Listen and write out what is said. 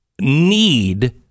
need